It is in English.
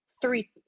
three